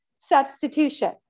substitution